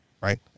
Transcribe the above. right